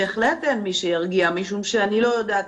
מאחר שלא הייתי בסגר הראשון, אני לא יכולה לתת